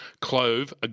Clove